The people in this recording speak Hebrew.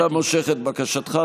אתה מושך את בקשתך.